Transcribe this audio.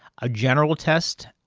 a general test,